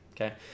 Okay